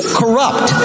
corrupt